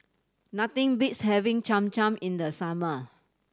nothing beats having Cham Cham in the summer